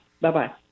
bye-bye